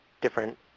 different